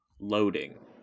Loading